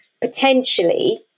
Potentially